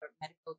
medical